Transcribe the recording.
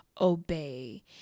obey